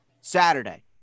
Saturday